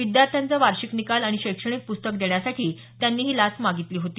विद्यार्थ्यांचे वार्षिक निकाल आणि शैक्षणिक प्रस्तकं देण्यासाठी त्यांनी ही लाच मागितली होती